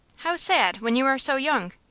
how sad, when you are so young.